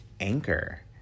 Anchor